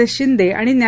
S Shinde आणि न्या